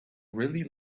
really